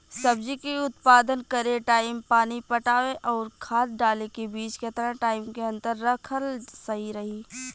सब्जी के उत्पादन करे टाइम पानी पटावे आउर खाद डाले के बीच केतना टाइम के अंतर रखल सही रही?